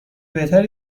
بهتری